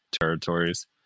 territories